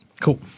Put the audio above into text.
Cool